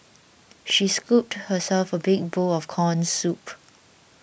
she scooped herself a big bowl of Corn Soup